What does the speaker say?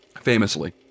Famously